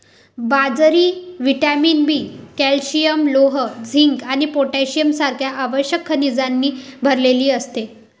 बाजरी vitamin B, calcium, लोह, zinc आणि पोटॅशियम सारख्या आवश्यक खनिजांनी भरलेली असते